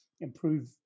improve